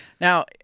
Now